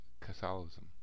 Catholicism